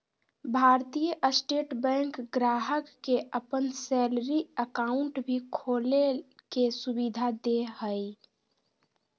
भारतीय state bank ग्राहक के अपन सैलरी अकाउंट भी खोले के सुविधा दे हइ